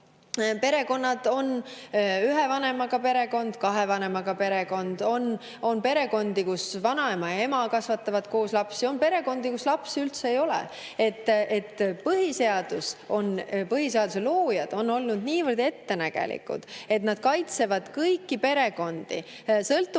erinevad: on ühe vanemaga perekondi, kahe vanemaga perekondi, on perekondi, kus vanaema ja ema kasvatavad koos lapsi, on perekondi, kus lapsi üldse ei ole. Põhiseaduse loojad on olnud niivõrd ettenägelikud, et nad kaitsevad kõiki perekondi, sõltumata